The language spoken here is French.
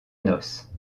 noce